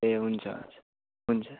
ए हुन्छ हुन्छ